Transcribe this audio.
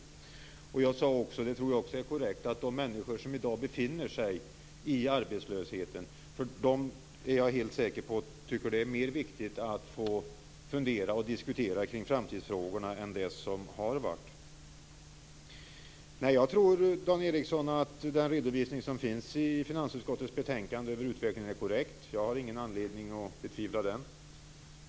Jag sade också att jag är helt säker på, och det tror jag är korrekt, att de människor som i dag befinner sig i arbetslösheten tycker att det är mer viktigt att få fundera och diskutera kring framtidsfrågorna än kring det som har varit. Jag tror att den redovisning av utvecklingen som finns i finansutskottets betänkande är korrekt, Dan Ericsson. Jag har ingen anledning att betvivla den.